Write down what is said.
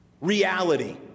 reality